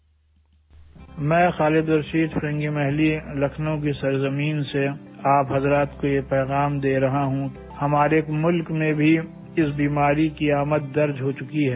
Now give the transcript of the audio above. bite मैं खालीद रशीद फिरंगी महली लखनऊ की सरजमीं से आप हजरात को ये पैगाम दे रहा हूं कि हमारे मुल्क में भी इस बीमारी की आमद दर्ज हो चुकी है